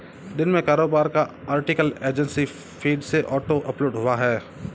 दिन में कारोबार का आर्टिकल एजेंसी फीड से ऑटो अपलोड हुआ है